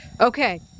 Okay